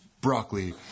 broccoli